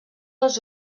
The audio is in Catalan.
les